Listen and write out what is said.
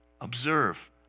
observe